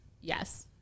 Yes